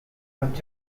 urged